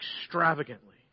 Extravagantly